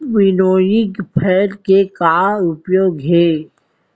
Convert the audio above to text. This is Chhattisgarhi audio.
विनोइंग फैन के का उपयोग हे?